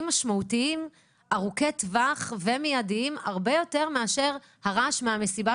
משמעותיים ארוכי טווח ומיידיים הרבה יותר מאשר הרעש מהמסיבה